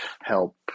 help